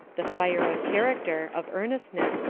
the fire of character, of earnestness,